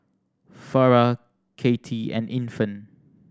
Farrah Cathie and Infant